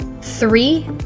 Three